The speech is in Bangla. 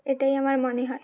এটাই আমার মনে হয়